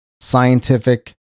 scientific